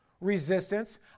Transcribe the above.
resistance